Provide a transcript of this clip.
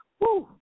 woo